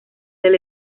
del